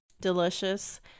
delicious